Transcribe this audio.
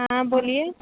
हाँ बोलिए